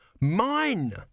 Mine